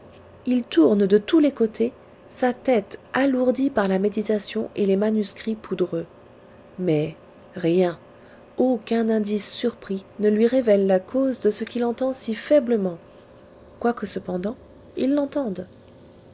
il tourne de tous les côtés sa tête alourdie par la méditation et les manuscrits poudreux mais rien aucun indice surpris ne lui révèle la cause de ce qu'il entend si faiblement quoique cependant il l'entende